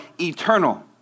eternal